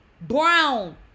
Brown